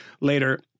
later